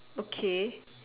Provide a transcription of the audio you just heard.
okay